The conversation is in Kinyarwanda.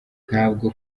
ntabwo